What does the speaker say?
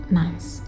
nice